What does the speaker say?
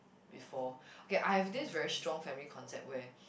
before okay I have this very strong family concept where